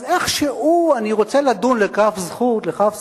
אז איכשהו, אני רוצה לדון לכף זכות